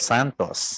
Santos